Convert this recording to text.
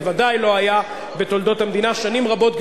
בוודאי לא היה בתולדות המדינה שנים רבות,